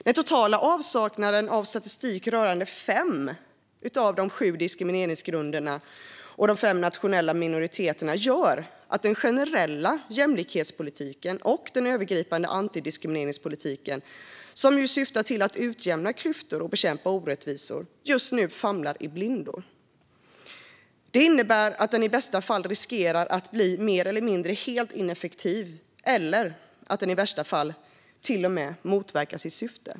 Den totala avsaknaden av statistik rörande fem av de sju diskrimineringsgrunderna och de fem nationella minoriteterna gör att den generella jämlikhetspolitiken och den övergripande antidiskrimineringspolitiken, som ju syftar till att utjämna klyftor och bekämpa orättvisor, just nu famlar i blindo. Det innebär att den i bästa fall riskerar att bli mer eller mindre helt ineffektiv eller att i värsta fall till och med motverka sitt syfte.